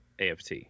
aft